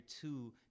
two